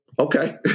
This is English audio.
Okay